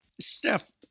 Steph